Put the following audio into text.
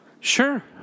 Sure